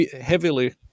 heavily